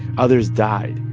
others died.